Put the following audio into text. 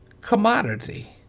commodity